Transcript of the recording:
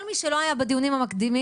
כל מי שלא היה בדיונים המקדימים,